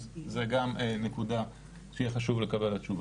אז זו גם נקודה שיהיה חשוב לקבל עליה תשובה.